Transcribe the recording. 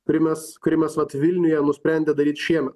kurį mes kurį mes vat vilniuje nusprendę daryt šiemet